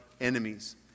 enemies